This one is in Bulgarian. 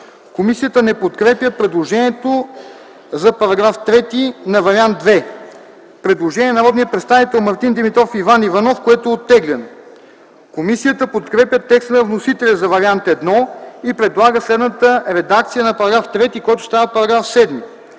Комисията не подкрепя предложението за § 3 на Вариант ІІ. Предложение на народните представители Мартин Димитров и Иван Иванов, което е оттеглено. Комисията подкрепя текста на вносителя за Вариант І и предлага следната редакция на § 3, който става § 7: „§ 7.